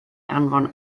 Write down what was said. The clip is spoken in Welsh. anfon